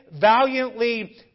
valiantly